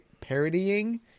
parodying